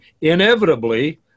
inevitably